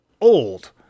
old